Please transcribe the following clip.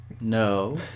no